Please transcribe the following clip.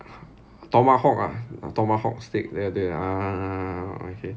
tomahawk tomahawk steak ya 对 ah okay